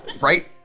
right